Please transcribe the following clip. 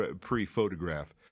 pre-photograph